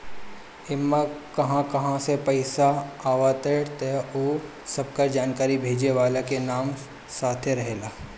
इमे कहां कहां से पईसा आवताटे उ सबकर जानकारी भेजे वाला के नाम के साथे रहेला